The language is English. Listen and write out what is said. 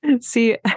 See